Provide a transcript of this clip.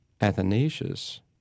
Athanasius